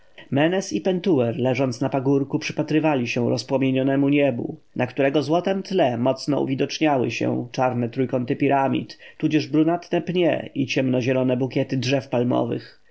menes i pentuer leżąc na pagórku przypatrywali się rozpłomienionemu niebu na którego złotem tle mocno uwydatniały się czarne trójkąty piramid tudzież brunatne pnie i ciemnozielone bukiety drzew